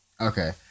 Okay